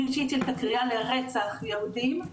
מי שהתחיל את הקריאה לרצח יהודים,